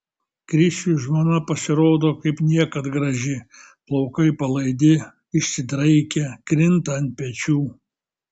krisiui žmona pasirodo kaip niekad graži plaukai palaidi išsidraikę krinta ant pečių